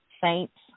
saints